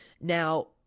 now